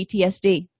PTSD